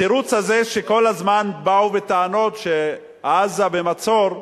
התירוץ הזה שכל הזמן באו בטענות שעזה במצור,